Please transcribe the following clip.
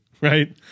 Right